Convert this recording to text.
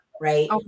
Right